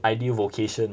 ideal vocation